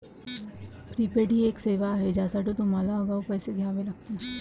prepaid ही सेवा आहे ज्यासाठी तुम्हाला आगाऊ पैसे द्यावे लागतील